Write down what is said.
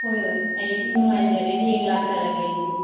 ꯍꯣꯏ ꯍꯣꯏ ꯑꯩ ꯅꯨꯡꯉꯥꯏꯖꯔꯦ ꯍꯌꯦꯡ ꯂꯥꯛꯆꯔꯒꯦ ꯑꯗꯨꯗꯤ